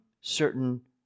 certain